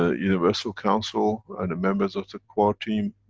ah universal council and the members of the core team,